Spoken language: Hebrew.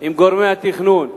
עם גורמי התכנון,